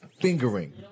Fingering